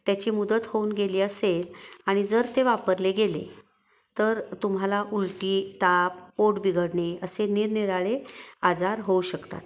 त्याची मुदत होऊन गेली असेल आणि जर ते वापरले गेले तर तुम्हाला उलटी ताप पोट बिघडणे असे निरनिराळे आजार होऊ शकतात